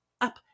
up